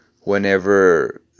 whenever